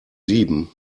sieben